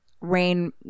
Rain